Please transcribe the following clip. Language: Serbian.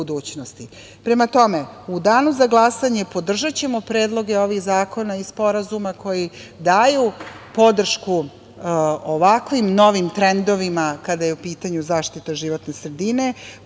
tome, u danu za glasanje, podržaćemo predloge ovih zakona i sporazuma koji daju podršku ovakvim novim trendovima kada je u pitanju zaštita životne sredine,